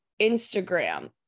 Instagram